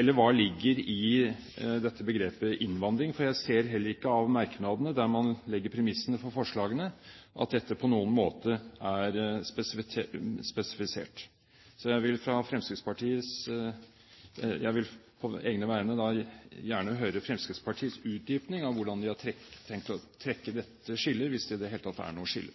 eller hva ligger i begrepet «innvandrere», for jeg ser heller ikke av merknadene, der man legger premissene for forslagene, at dette på noen måte er spesifisert. Jeg vil på egne vegne gjerne høre Fremskrittspartiets utdyping av hvordan de har tenkt å trekke dette skillet, hvis det i det hele tatt er noe skille.